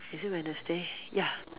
is it Wednesday ya